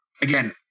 Again